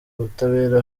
ubutabera